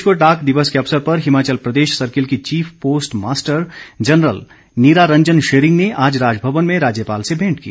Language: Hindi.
विश्व डाक दिवस के अवसर पर हिमाचल प्रदेश सर्किल की chief post master general Neera Ranjan Shering ने आज राजभवन में राज्यपाल से भेंट की